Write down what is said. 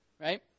Right